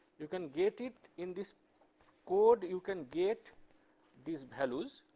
you can get it, in this code you can get this values